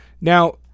Now